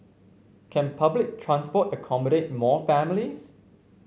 can public transport accommodate more families